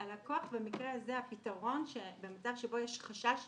במקרה הזה הפתרון, במצב שבו יש חשש